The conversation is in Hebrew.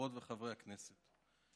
חברות וחברי הכנסת,